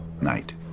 Night